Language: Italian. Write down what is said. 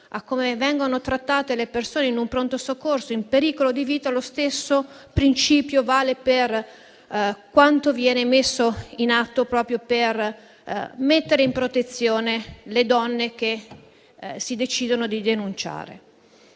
a come vengono trattate in un pronto soccorso le persone in pericolo di vita, lo stesso principio vale per quanto viene messo in atto proprio per mettere in protezione le donne che decidono di sporgere